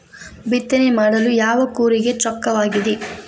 ಬಿತ್ತನೆ ಮಾಡಲು ಯಾವ ಕೂರಿಗೆ ಚೊಕ್ಕವಾಗಿದೆ?